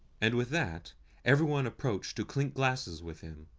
and with that every one approached to clink glasses with him,